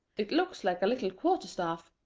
it looks like a little quarter-staff,